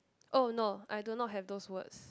oh no I don't know have those words